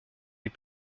les